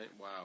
wow